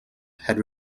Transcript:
had